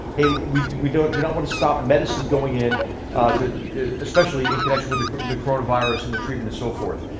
hey, we we don't do not want to stop medicine going in to especially in connection with the coronavirus and the treatment and so forth.